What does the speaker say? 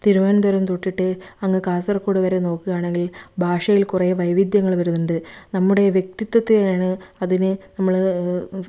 തിരുവനന്തപുരം തൊട്ടിട്ട് അങ്ങ് കാസർഗോഡ് വരെ നോക്കുകയാണെങ്കിൽ ഭാഷയിൽ കുറെ വൈവിധ്യങ്ങൾ വരുന്നുണ്ട് നമ്മുടെ വ്യക്തിത്വത്തെയാണ് അതിന് നമ്മൾ